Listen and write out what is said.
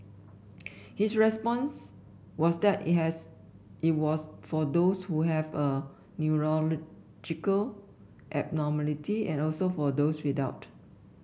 his response was that it has it was for those who have a neurological abnormality and also for those without